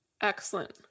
Excellent